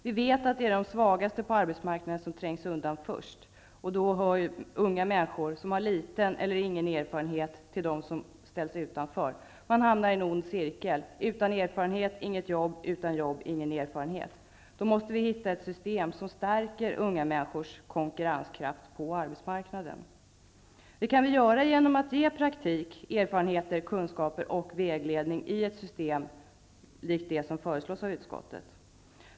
Vi vet att det är de svagaste på arbetsmarknaden som trängs undan först. Unga människor som har liten eller ingen erfarenhet hör till dem som ställs utanför. De hamnar i en ond cirkel: utan erfarenhet, inget jobb -- utan jobb, ingen erfarenhet. Vi måste hitta ett system som stärker unga människors konkurrenskraft på arbetsmarknaden. Det kan vi göra genom att ge praktik, erfarenheter, kunskaper och vägledning i ett system likt det som föreslås av utskottet.